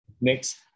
Next